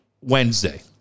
Wednesday